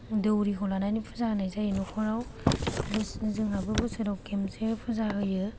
दौरिखौ लानानै फुजा होनाय जायो न'खराव बोसोरै जोंहाबो बोसोराव खेनसे फुजा होयो